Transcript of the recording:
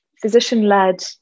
physician-led